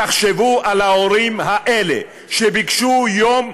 תחשבו על ההורים האלה, שביקשו יום,